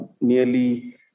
nearly